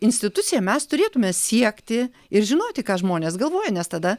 institucija mes turėtume siekti ir žinoti ką žmonės galvoja nes tada